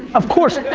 of course,